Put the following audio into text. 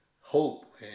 hope